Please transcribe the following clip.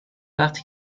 وقتی